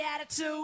attitude